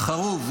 --- חרוב,